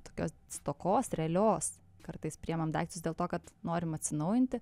tokios stokos realios kartais priimam daiktus dėl to kad norim atsinaujinti